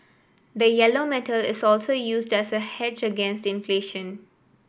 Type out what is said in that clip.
the yellow metal is also used as a hedge against inflation